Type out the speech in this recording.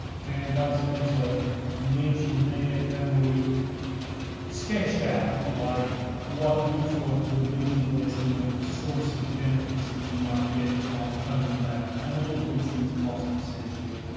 and those things are mentioned there and we sketched out if you like what we thought was a reasonable estimate of the sorts of benefits that you might get from open data and all of these things cost essentially.